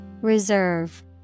Reserve